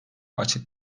açık